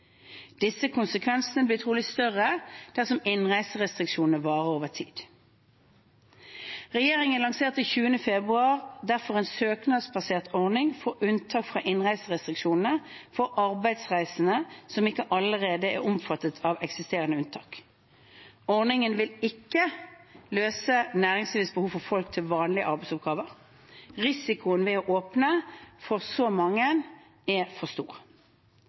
Disse konsekvensene blir trolig større dersom innreiserestriksjonene varer over tid. Regjeringen lanserte 20. februar derfor en søknadsbasert ordning for unntak fra innreiserestriksjonene for arbeidsreisende som ikke allerede er omfattet av eksisterende unntak. Ordningen vil ikke løse næringslivets behov for folk til vanlige arbeidsoppgaver. Risikoen ved å åpne for så mange er for stor.